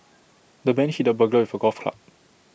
the man hit the burglar with A golf club